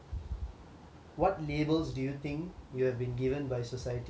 what labels do you think you have been given by society